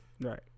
Right